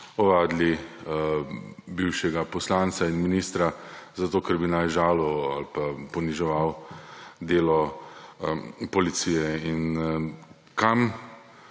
ovadili bivšega poslanca in ministra, zato ker naj bi žalil ali pa poniževal delo policije. In kaj